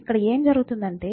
ఇక్కడ ఏమి జరుగుతుందంటే